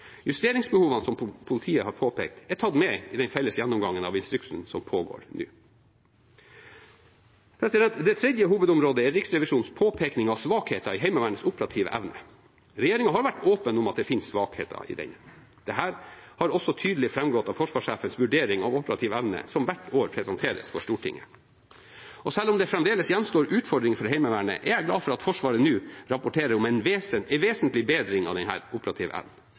Justeringsbehovene som politiet har påpekt, er tatt med i den felles gjennomgangen av instruksen som pågår nå. Det tredje hovedområdet er Riksrevisjonens påpekning av svakheter i Heimevernets operative evne. Regjeringen har vært åpen om at det finnes svakheter i den. Dette har også tydelig framgått av Forsvarssjefens vurdering av operativ evne, som hvert år presenteres for Stortinget. Selv om det fremdeles gjenstår utfordringer for Heimevernet, er jeg glad for at Forsvaret nå rapporterer om en vesentlig bedring av denne operative evnen.